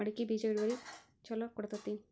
ಮಡಕಿ ಬೇಜ ಇಳುವರಿ ಛಲೋ ಕೊಡ್ತೆತಿ?